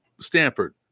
Stanford